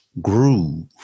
Groove